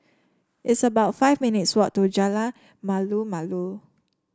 it's about five minutes' walk to Jalan Malu Malu